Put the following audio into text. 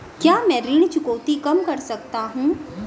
क्या मैं ऋण चुकौती कम कर सकता हूँ?